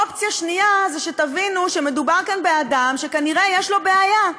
אופציה שנייה זה שתבינו שמדובר כאן באדם שכנראה יש לו בעיה,